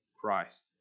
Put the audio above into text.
Christ